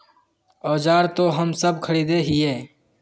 औजार तो हम सब खरीदे हीये?